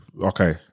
Okay